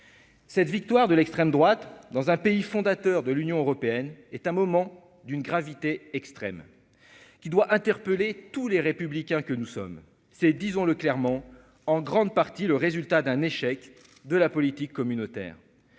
cette victoire de l'extrême droite dans un pays fondateur de l'Union européenne est un moment d'une gravité extrême qui doit interpeller tous les républicains que nous sommes, c'est, disons-le clairement, en grande partie le résultat d'un échec de la politique communautaire,